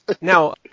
Now